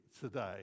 today